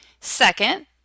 Second